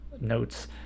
notes